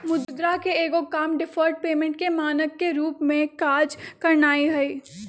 मुद्रा के एगो काम डिफर्ड पेमेंट के मानक के रूप में काज करनाइ हइ